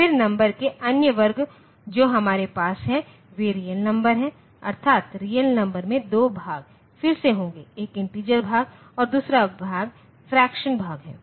फिर नंबर के अन्य वर्ग जो हमारे पास हैं वे रियल नंबर हैं अर्थात रियल नंबर में 2 भाग फिर से होंगे एक इन्टिजरभाग है और दूसरा भाग फ्रैक्शन भाग है